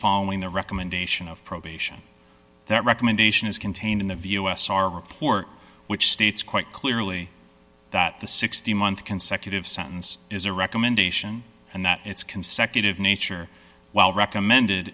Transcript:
following the recommendation of probation that recommendation is contained in the v o s r report which states quite clearly that the sixteen month consecutive sentence is a recommendation and that it's consecutive nature while recommended